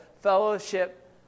fellowship